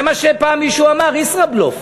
זה מה שפעם מישהו אמר, ישראבלוף.